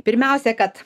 pirmiausia kad